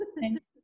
Thanks